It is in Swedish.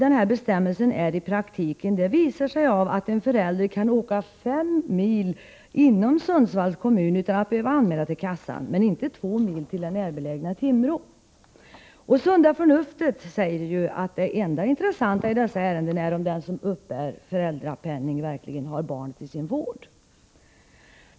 Hur tokig bestämmelsen i praktiken är visar sig i att en förälder utan att behöva anmäla det till kassan kan åka fem mil inom Sundsvalls kommun men inte två mil till det närbelägna Timrå. Sunda förnuftet säger att det enda intressanta i dessa ärenden är om den som uppbär föräldrapenning verkligen har barnet i sin vård.